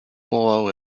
below